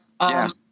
Yes